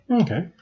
Okay